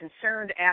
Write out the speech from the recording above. concerned